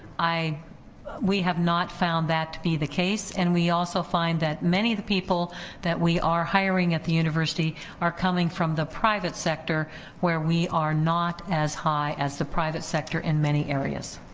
we have not found that to be the case and we also find that many of the people that we are hiring at the university are coming from the private sector where we are not as high as the private sector, in many areas.